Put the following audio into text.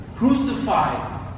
crucified